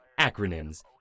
acronyms